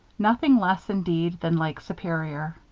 nothing less, indeed, than lake superior.